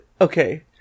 Okay